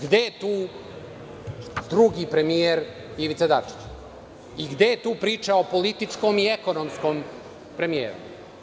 Gde je tu drugi premijer Ivica Dačić i gde je tu priča o političkom i ekonomskom premijeru?